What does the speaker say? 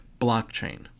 blockchain